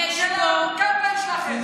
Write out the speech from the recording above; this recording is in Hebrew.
הוא היה בראש חוצות של הקמפיין שלכם.